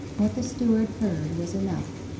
what the steward heard was enough,